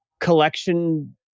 collection